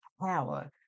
power